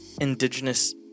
indigenous